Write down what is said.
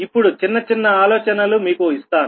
ఇప్పుడు చిన్నచిన్న ఆలోచనలు మీకు ఇస్తాను